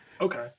okay